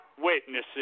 witnesses